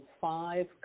five